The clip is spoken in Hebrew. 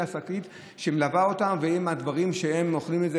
השקית שמלווה אותם עם הדברים שהם אוכלים.